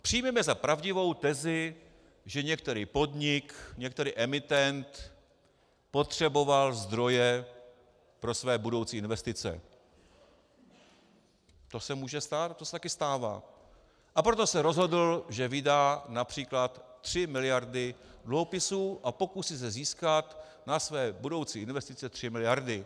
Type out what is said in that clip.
Přijměme za pravdivou tezi, že některý podnik, některý emitent potřeboval zdroje pro své budoucí investice, to se může stát a to se taky stává, a proto se rozhodl, že vydá např. 3 miliardy dluhopisů a pokusí se získat na své budoucí investice 3 miliardy.